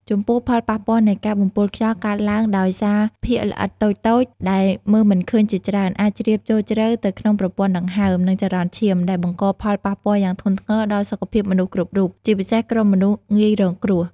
ចំពោះផលប៉ះពាល់នៃការបំពុលខ្យល់កើតឡើងដោយសារភាគល្អិតតូចៗដែលមើលមិនឃើញជាច្រើន អាចជ្រាបចូលជ្រៅទៅក្នុងប្រព័ន្ធដង្ហើម និងចរន្តឈាម ហើយបង្កផលប៉ះពាល់យ៉ាងធ្ងន់ធ្ងរដល់សុខភាពមនុស្សគ្រប់រូប ជាពិសេសក្រុមមនុស្សងាយរងគ្រោះ។